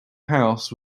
house